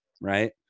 right